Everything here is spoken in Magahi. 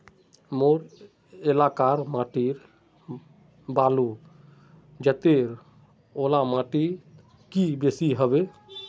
मोर एलाकार माटी बालू जतेर ओ ला माटित की बेसी हबे?